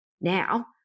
now